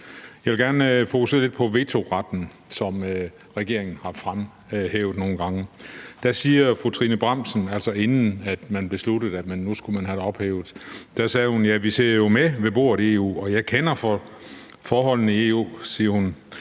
Jeg vil gerne fokusere lidt på vetoretten, som regeringen har fremhævet nogle gange. Der sagde fru Trine Bramsen, altså inden man besluttede, at nu skulle man have det ophævet: Vi sidder jo med ved bordet i EU, og jeg kender forholdene i EU. Vetoretten